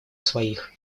своих